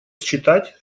считать